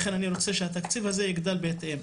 לכן אני רוצה שהתקציב הזה יגדל בהתאם.